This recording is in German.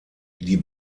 die